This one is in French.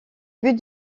but